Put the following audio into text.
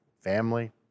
family